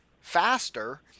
faster